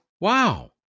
Wow